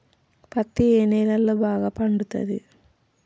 పత్తి ఏ నేలల్లో బాగా పండుతది?